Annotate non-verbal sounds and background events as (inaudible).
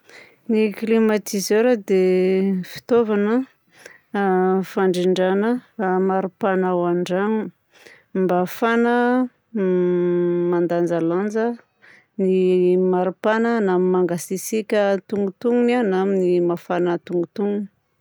Ny climatiseur dia fitaovana a (hesitation) fandrindrana (hesitation) maripana ao an-drano mba ahafahana m (hesitation) mandanjalanja ny (hesitation) maripana na ny mangatsiatsiaka antonontonony na amin'ny mafana antonontonony.